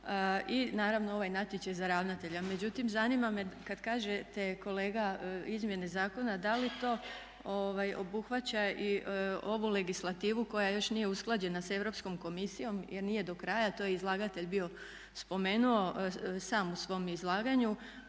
i naravno ovaj natječaj za ravnatelja. Međutim, zanima me kad kažete kolega izmjena zakona da li to obuhvaća i ovu legislativu koja još nije usklađena sa Europskom komisijom jer nije do kraja, to je izlagatelj bio spomenuo sam u svom izlaganju